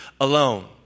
alone